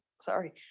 sorry